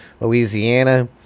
Louisiana